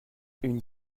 une